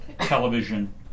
television